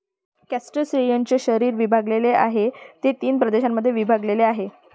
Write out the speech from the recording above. क्रस्टेशियन्सचे शरीर विभागलेले आहे, जे तीन प्रदेशांमध्ये विभागलेले आहे